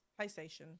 playstation